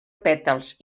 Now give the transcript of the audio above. pètals